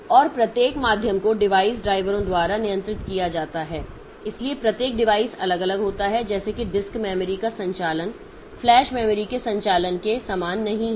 और प्रत्येक माध्यम को डिवाइस ड्राइवरों द्वारा नियंत्रित किया जाता है इसलिए प्रत्येक डिवाइस अलग होता है जैसे कि डिस्क मेमोरी का संचालन फ्लैश मेमोरी के संचालन के समान नहीं है